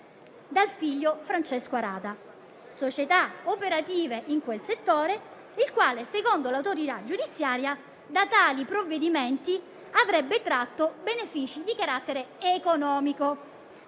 dal figlio Francesco Arata (società operative in quel settore), il quale - secondo l'autorità giudiziaria - da tali provvedimenti avrebbe tratto benefici di carattere economico.